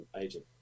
agent